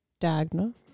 Dagna